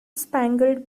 spangled